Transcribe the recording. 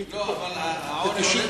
לא, אבל העוני הולך, הייתי פה.